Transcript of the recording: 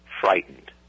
frightened